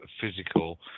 physical